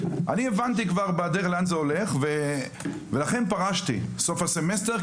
אני הבנתי כבר בדרך לאן זה הולך ולכן פרשתי בסוף הסמסטר,